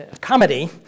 comedy